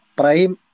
prime